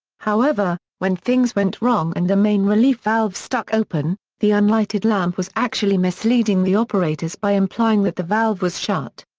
however, when things went wrong and the main relief valve stuck open, the unlighted lamp was actually misleading the operators by implying that the valve was shut.